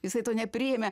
jisai to nepriėmė